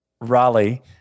Raleigh